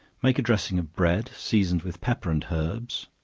make a dressing of bread, seasoned with pepper and herbs,